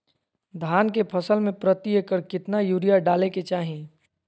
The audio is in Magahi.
धान के फसल में प्रति एकड़ कितना यूरिया डाले के चाहि?